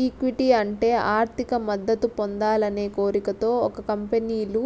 equity అంటే ఆర్థిక మద్దతు పొందాలనే కోరికతో ఒక కంపెనీలు